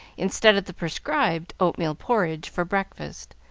instead of the prescribed oatmeal porridge, for breakfast,